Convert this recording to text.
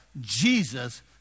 Jesus